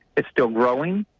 it's still growing.